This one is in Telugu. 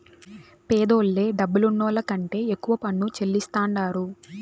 పేదోల్లే డబ్బులున్నోళ్ల కంటే ఎక్కువ పన్ను చెల్లిస్తాండారు